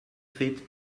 feet